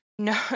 No